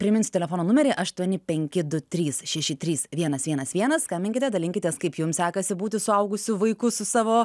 priminsiu telefono numerį aštuoni penki du trys šeši trys vienas vienas vienas skambinkite dalinkitės kaip jums sekasi būti suaugusiu vaiku su savo